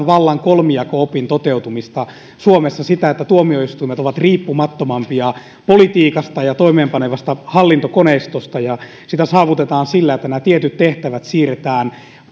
vallan kolmijako opin toteutumista suomessa sitä että tuomioistuimet ovat riippumattomampia politiikasta ja toimeenpanevasta hallintokoneistosta sitä saavutetaan sillä että nämä tietyt tehtävät siirretään